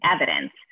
evidence